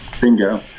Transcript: Bingo